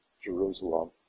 Jerusalem